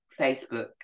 Facebook